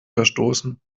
verstoßen